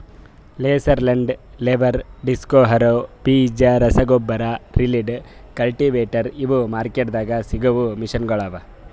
laser land leveller, disc harrow, ಬೀಜ ರಸಗೊಬ್ಬರ, rigid, cultivator ಇವು ಮಾರ್ಕೆಟ್ದಾಗ್ ಸಿಗವು ಮೆಷಿನಗೊಳ್ ಅವಾ